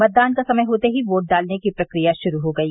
मतदान का समय होते ही वोट डालने की प्रक्रिया शुरू हो गयी